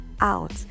out